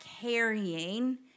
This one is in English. carrying